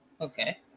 Okay